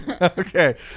Okay